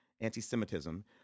anti-Semitism